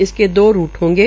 इसके दो रूट होंगे